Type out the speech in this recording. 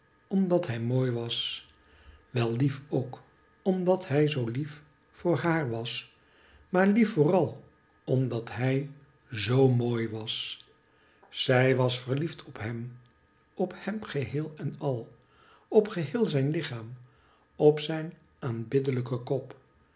omdat hij mooi was wel lief ook omdat hij zoo lief voor haar was maar lief vooral omdat hij zoo mooi was zij was verliefd op hem op hem geheel en al op geheel zijn lichaam op rijn aanbiddelijken kop